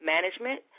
Management